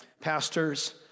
pastors